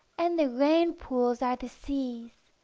and the rain-pools are the seas,